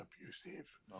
abusive